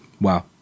Wow